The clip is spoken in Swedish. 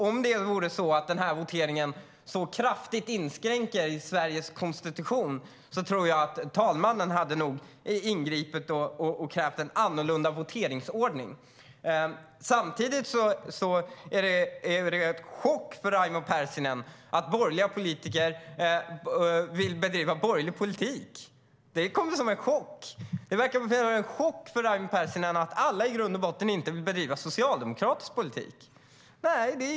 Om det vore så att den här voteringen så kraftigt inskränkte Sveriges konstitution tror jag att talmannen hade ingripit och krävt en annorlunda voteringsordning. Samtidigt kommer det som en chock för Raimo Pärssinen att borgerliga politiker vill bedriva borgerlig politik. Det verkar vara en chock för Raimo Pärssinen att inte alla i grund och botten vill bedriva socialdemokratisk politik.